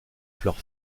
fleurs